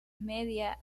media